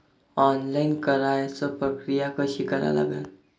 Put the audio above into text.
Online कराच प्रक्रिया कशी करा लागन?